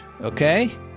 okay